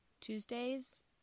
Tuesday's